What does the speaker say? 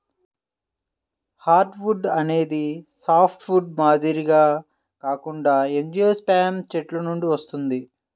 hardwood అనేది softwood మాదిరిగా కాకుండా యాంజియోస్పెర్మ్ చెట్ల నుండి వస్తుంది